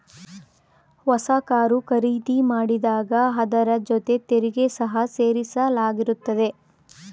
ಹೊಸ ಕಾರು ಖರೀದಿ ಮಾಡಿದಾಗ ಅದರ ಜೊತೆ ತೆರಿಗೆ ಸಹ ಸೇರಿಸಲಾಗಿರುತ್ತದೆ